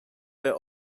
their